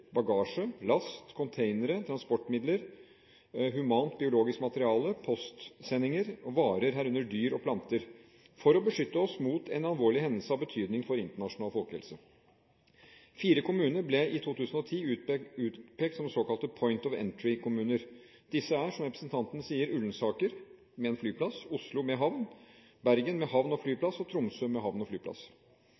bagasje, last, containere, transportmidler, humant biologisk materiale, postsendinger og varer, herunder dyr og planter, for å beskytte mot en alvorlig hendelse av betydning for internasjonal folkehelse. Fire kommuner ble i 2010 utpekt som såkalte Point of Entry-kommuner. Disse er, som representanten sier, Ullensaker – med flyplass, Oslo – med havn, Bergen – med havn og